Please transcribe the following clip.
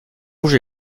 rouge